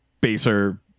baser